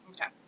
Okay